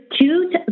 two